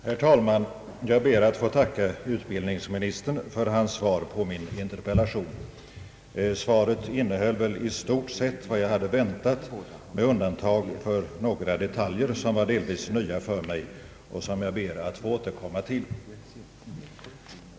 Herr talman! Jag ber att få tacka utbildningsministern för hans svar på min interpellation. Svaret innehöll väl i stort sett vad jag hade väntat med undantag för några detaljer, som var delvis nya för mig och som jag ber att få återkomma till.